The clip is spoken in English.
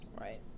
Right